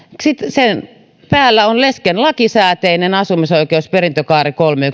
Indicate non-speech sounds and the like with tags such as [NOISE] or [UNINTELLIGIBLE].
sen päällä on lesken lakisääteinen asumisoikeus perintökaaren kolmen [UNINTELLIGIBLE]